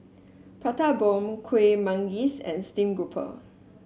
Prata Bomb Kuih Manggis and stream grouper